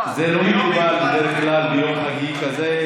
זה לא מקובל בדרך כלל ביום חגיגי כזה.